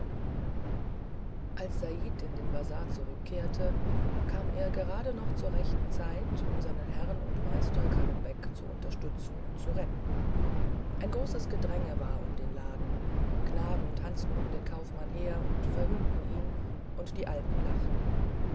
als said in den bazar zurückkehrte kam er gerade noch zu rechter zeit um seinen herrn und meister kalum beck zu unterstützen und zu retten ein großes gedränge war um den laden knaben tanzten um den kaufmann her und verhöhnten ihn und die alten lachten